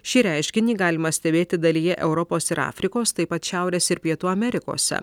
šį reiškinį galima stebėti dalyje europos ir afrikos taip pat šiaurės ir pietų amerikose